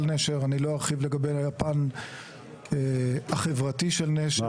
נשר אני לא ארחיב לגבי הפן החברתי של נשר,